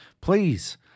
Please